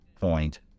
point